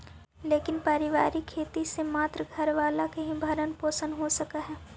लेकिन पारिवारिक खेती से मात्र घर वाला के ही भरण पोषण हो सकऽ हई